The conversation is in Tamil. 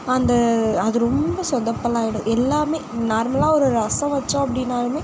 அந்த அது ரொம்ப சொதப்பலாகிடும் எல்லாமே நார்மலாக ஒரு ரசம் வச்சோம் அப்படினாலுமே